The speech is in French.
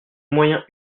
moyens